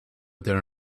there